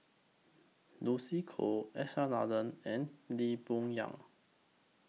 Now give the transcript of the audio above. Lucy Koh S R Nathan and Lee Boon Yang